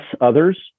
others